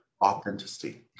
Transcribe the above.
Authenticity